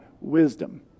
wisdom